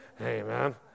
Amen